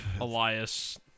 Elias